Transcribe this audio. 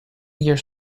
years